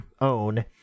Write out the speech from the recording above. own